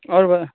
और व